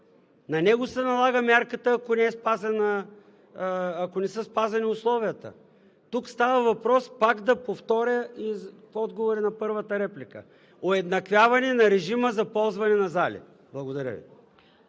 На него се налага мярката, ако не са спазени условията. Тук става въпрос, пак да повторя в отговор и на първата реплика – уеднаквяване на режима за ползване на зали. Благодаря Ви.